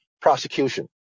prosecution